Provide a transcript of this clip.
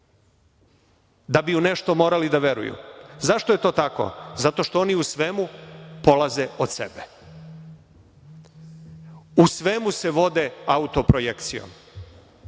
da bi u nešto morali da veruju. Zašto je to tako? Zato što oni u svemu polaze od sebe. U svemu se vode autoprojekcije. Dakle,